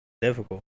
Difficult